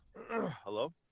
Hello